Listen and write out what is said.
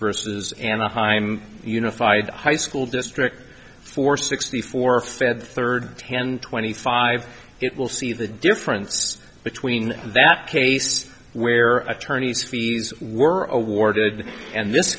versus anaheim unified high school district for sixty four fed third ten twenty five it will see the difference between that case where attorneys fees were awarded and this